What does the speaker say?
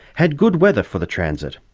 had good weather for the transit.